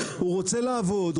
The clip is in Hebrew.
הוא רוצה לעבוד,